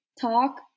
talk